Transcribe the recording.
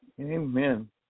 Amen